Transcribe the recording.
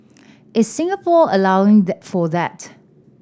is Singapore allowing for that